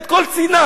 את כל סיני,